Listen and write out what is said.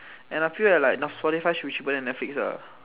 and I feel that like Spotify should be cheaper than netflix ah